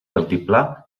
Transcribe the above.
altiplà